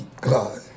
God